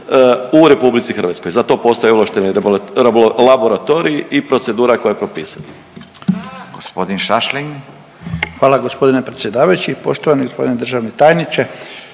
u RH. Za to postoje ovlašteni laboratoriji i procedura koja je propisana.